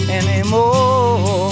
anymore